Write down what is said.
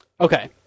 Okay